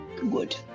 good